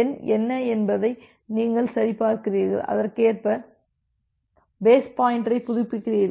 எண் என்ன என்பதை நீங்கள் சரிபார்க்கிறீர்கள் அதற்கேற்ப பேஸ் பாயின்டரை புதுப்பிக்கிறீர்கள்